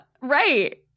Right